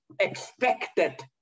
expected